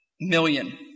million